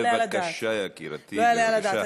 בבקשה, יקירתי, בבקשה.